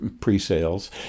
pre-sales